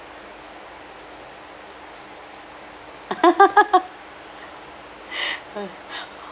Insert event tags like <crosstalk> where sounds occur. <laughs> <breath> <noise>